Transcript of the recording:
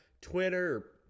Twitter